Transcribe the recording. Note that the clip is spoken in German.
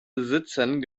besitzern